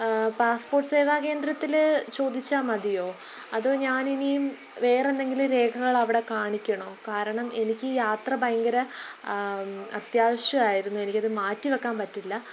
passport Seva കേന്ദ്രത്തിൽ ചോദിച്ചാൽ മതിയോ അതോ ഞാൻ ഇനിയും വേറെ എന്തെങ്കിലും രേഖകൾ അവിടെ കാണിക്കണോ കാരണം എനിക്ക് ഈ യാത്ര ഭയങ്കര അത്യാവശ്യമായിരുന്നു എനിക്കത് മാറ്റി വയ്ക്കാൻ പറ്റില്ല